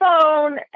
phone